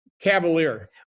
cavalier